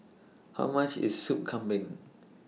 How much IS Soup Kambing